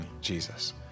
Jesus